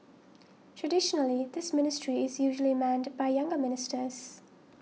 traditionally this ministry is usually manned by younger ministers